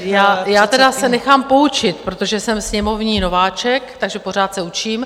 Já se tedy nechám poučit, protože jsem sněmovní nováček, takže se pořád učím.